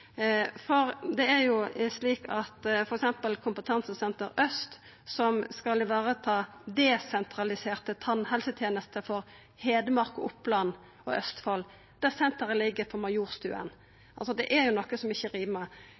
kompetansesenter Øst vareta desentraliserte tannhelsetenester for Hedmark, Oppland og Østfold. Det senteret ligg på Majorstua. Det er noko som ikkje rimar.